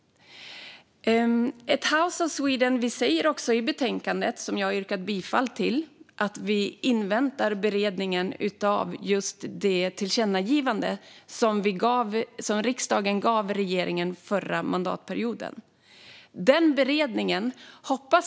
I betänkandet, vars förslag till beslut jag yrkar bifall till, säger vi att vi inväntar beredningen av det tillkännagivande som riksdagen riktade till regeringen under förra mandatperioden.